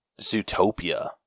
Zootopia